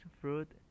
fruit